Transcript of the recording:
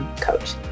coach